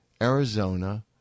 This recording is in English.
Arizona